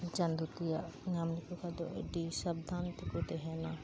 ᱪᱟᱫᱳ ᱛᱮᱭᱟᱜ ᱧᱟᱢ ᱞᱮᱠᱚ ᱠᱷᱟᱡ ᱫᱚ ᱟᱹᱰᱤ ᱥᱟᱵᱫᱷᱟᱱ ᱛᱮᱠᱚ ᱛᱟᱦᱮᱱᱟ